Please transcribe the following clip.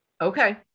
Okay